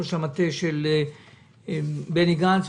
ראש המטה של בני גנץ,